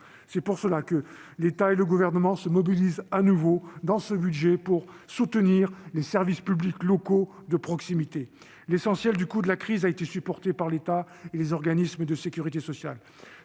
C'est pour cela que l'État et le Gouvernement se mobilisent à nouveau, dans ce budget, pour soutenir les services publics locaux de proximité. L'essentiel du coût de la crise a été supporté par l'État et les organismes de sécurité sociale.